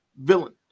villain